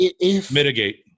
mitigate